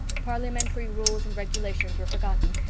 parliamentary rules and regulations were forgotten,